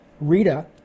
Rita